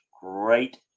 great